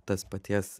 tas paties